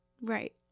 Right